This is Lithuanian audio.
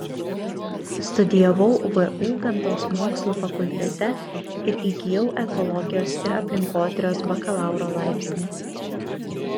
studijavau vu gamtos mokslų fakultete ir įgijau ekologijos ir aplinkotyros bakalauro laipsnį